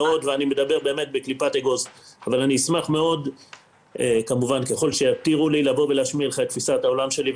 אני אשמח ככל שיתירו לי להשמיע לך את תפיסת העולם שלי.